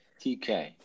TK